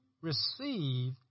receive